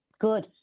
Good